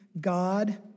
God